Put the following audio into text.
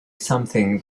something